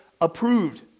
approved